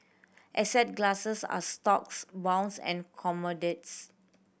asset classes are stocks bonds and commodities